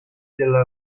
della